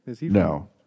No